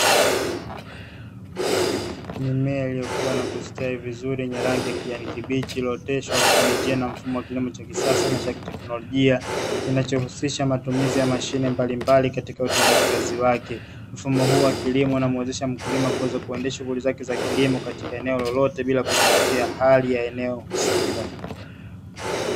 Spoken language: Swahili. Mimea iliyokua na kustawi vizuri yenye rangi ya kijani kibichi, iliyooteshwa kwa kutumia kilimo cha kisasa na teknolojia, kinachohusisha matumizi ya mashine mbalimbali katika utendaji kazi wake. Mfumo huu wa kilimo unamuwezesha mkulima kuweza kuendesha shughuli zake za kilimo katika eneo lolote, bila kuzingatia hali ya eneo husika.